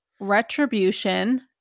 retribution